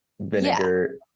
vinegar